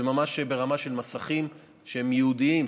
זה ממש ברמה של מסכים שהם ייעודיים,